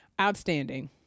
Outstanding